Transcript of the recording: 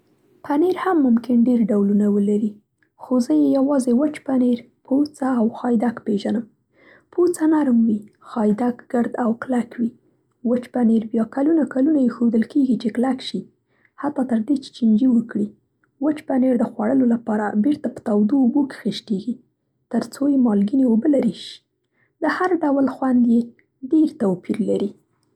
پنېر هم ممکن ډېر ډولونه ولري، خو زه یوازې وچ پنېر، پوڅه، او خایدک پنېر پېژنم. پوڅه نرم وي. خایدک ګرد او کلک وي. وچ پنېر بیا کلونه کلونه اېښودل کېږي چې کلک شي، حتی تر دې چې چینجي وکړي. وچ پنیر د خوړلو لپاره بېرته په تودو اوبو کې خیشتېږي تر څو یې مالګینې اوبه لرې شي. د هر ډول خوند یې ډېر توپیر لري.